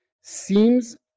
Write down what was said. seems